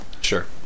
Sure